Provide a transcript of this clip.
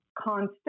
constant